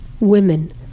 women